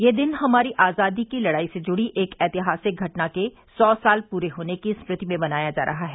यह दिन हमारी आजादी की लड़ाई से जुड़ी एक ऐतिहासिक घटना के सौ साल पूरे होने की स्मृति में मनाया जा रहा है